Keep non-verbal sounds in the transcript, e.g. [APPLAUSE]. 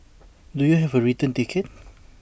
[NOISE] do you have A return ticket [NOISE]